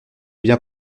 bien